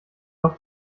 auf